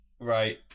Right